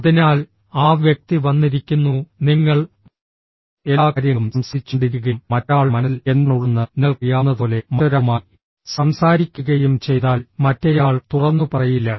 അതിനാൽ ആ വ്യക്തി വന്നിരിക്കുന്നു നിങ്ങൾ എല്ലാ കാര്യങ്ങളും സംസാരിച്ചുകൊണ്ടിരിക്കുകയും മറ്റൊരാളുടെ മനസ്സിൽ എന്താണുള്ളതെന്ന് നിങ്ങൾക്കറിയാവുന്നതുപോലെ മറ്റൊരാളുമായി സംസാരിക്കുകയും ചെയ്താൽ മറ്റേയാൾ തുറന്നുപറയില്ല